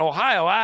Ohio